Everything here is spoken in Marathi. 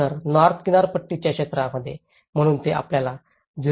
तर नॉर्थ किनारपट्टीच्या क्षेत्रामध्ये म्हणून ते आपल्याला 0